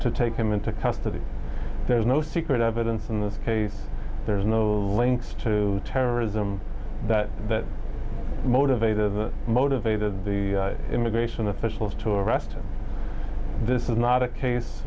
to take him into custody there is no secret evidence in this case there is no links to terrorism that that motivated motivated the immigration officials to arrest him this is not a case